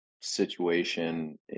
situation